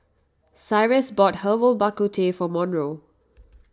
Cyrus bought Herbal Bak Ku Teh for Monroe